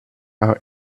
our